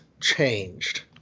changed